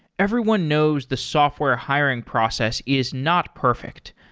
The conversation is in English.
everyone knows the software hiring process is not perfect,